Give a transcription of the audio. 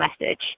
message